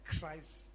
Christ